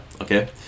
okay